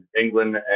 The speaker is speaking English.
England